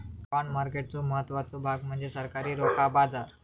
bond मार्केटचो महत्त्वाचो भाग म्हणजे सरकारी रोखा बाजार